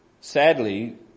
Sadly